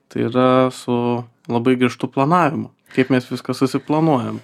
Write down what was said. tai yra su labai griežtu planavimu kaip mes viską susiplanuojam